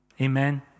Amen